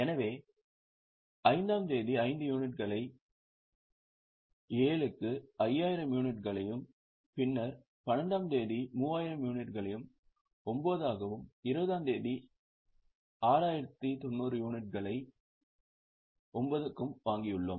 எனவே 5 ஆம் தேதி 5 யூனிட்களை 7 க்கு 5000 யூனிட்டுகளையும் பின்னர் 12 ஆம் தேதி 3000 யூனிட்களை 9 ஆகவும் 20 ஆம் தேதி 6900 யூனிட்டுகளை 9 க்கு வாங்கியுள்ளோம்